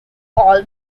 call